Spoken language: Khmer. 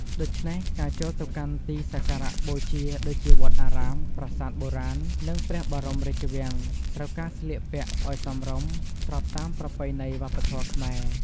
ដូច្នេះ ការចូលទៅកាន់ទីសក្ការៈបូជាដូចជាវត្តអារាម ប្រាសាទបុរាណ និងព្រះបរមរាជវាំង ត្រូវការស្លៀកពាក់អោយសមរម្យ ស្របតាមប្រពៃណីវប្បធម៌ខ្មែរ។